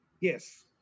Yes